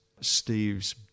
Steve's